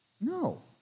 No